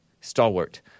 stalwart